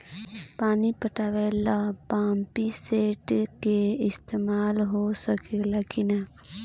पानी पटावे ल पामपी सेट के ईसतमाल हो सकेला कि ना?